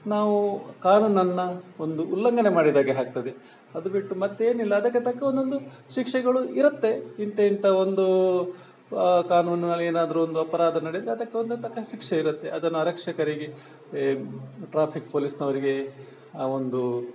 ನಾವು ಕಾನೂನನ್ನು ಒಂದು ಉಲ್ಲಂಘನೆ ಮಾಡಿದಾಗೆ ಆಗ್ತದೆ ಅದು ಬಿಟ್ಟು ಮತ್ತೇನಿಲ್ಲ ಅದಕ್ಕೆ ತಕ್ಕ ಒಂದೊಂದು ಶಿಕ್ಷೆಗಳು ಇರುತ್ತೆ ಇಂತ ಇಂತ ಒಂದು ಕಾನೂನಲ್ಲಿ ಏನಾದರು ಒಂದು ಅಪರಾಧ ನಡೆದರೆ ಅದಕ್ಕೊಂದು ತಕ್ಕ ಶಿಕ್ಷೆ ಇರುತ್ತೆ ಅದನ್ನು ಆರಕ್ಷಕರಿಗೆ ಟ್ರಾಫಿಕ್ ಪೋಲೀಸಿನವ್ರಿಗೆ ಆ ಒಂದು